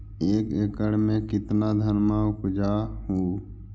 एक एकड़ मे कितना धनमा उपजा हू?